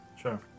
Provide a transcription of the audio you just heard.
Sure